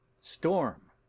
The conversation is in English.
Storm